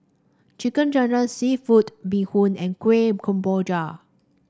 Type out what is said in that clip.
chicken ginger seafood Bee Hoon and Kueh Kemboja